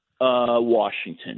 Washington